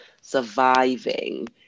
surviving